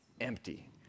empty